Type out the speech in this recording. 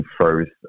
first